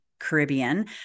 Caribbean